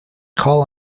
call